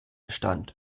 stand